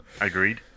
Agreed